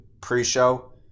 pre-show